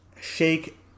Shake